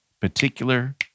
particular